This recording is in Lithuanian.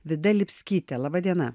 vida lipskyte laba diena